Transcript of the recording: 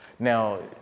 Now